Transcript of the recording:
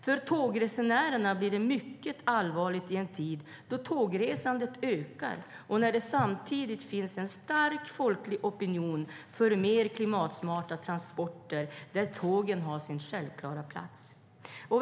För tågresenärerna blir detta mycket allvarligt i en tid då tågresandet ökar och när det samtidigt finns en stark folklig opinion för mer klimatsmarta transporter, där tågen har sin självklara plats.